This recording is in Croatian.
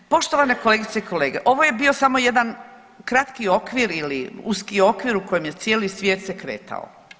Poštovane kolegice i kolege, ovo je bio samo jedan kratki okvir ili uski okvir u kojem je cijeli svijet se kretao.